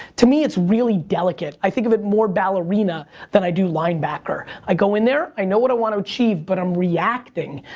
to me. it's really delicate. i think of it more ballerina than i do linebacker. i go in there, i know what i want to achieve, but i'm reacting.